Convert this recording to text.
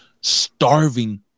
starving